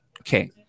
Okay